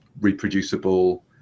reproducible